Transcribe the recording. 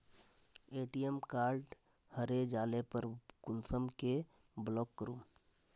ATM card हरे जाले पर कुंसम के ब्लॉक करूम?